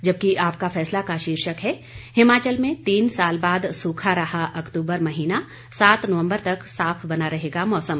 जबकि आपका फैसला का शीर्षक है हिमाचल में तीन साल बाद सूखा रहा अक्तूबर महीना सात नवंबर तक साफ बना रहेगा मौसम